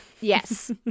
yes